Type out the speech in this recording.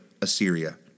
Assyria